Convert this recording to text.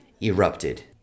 erupted